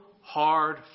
hard